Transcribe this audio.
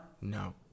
No